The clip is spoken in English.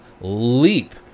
leap